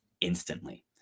instantly